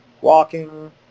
walking